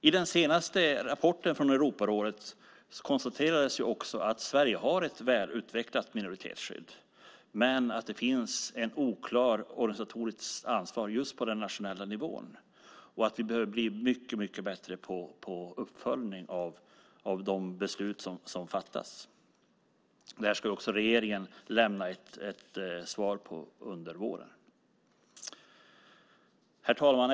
I den senaste rapporten från Europarådet konstaterades att Sverige har ett väl utvecklat minoritetsskydd, men att det finns ett oklart organisatoriskt ansvar på den nationella nivån och att vi behöver bli mycket bättre på uppföljning av de beslut som fattas. Det här ska också regeringen lämna ett svar på under våren. Herr talman!